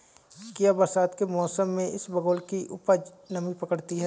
क्या बरसात के मौसम में इसबगोल की उपज नमी पकड़ती है?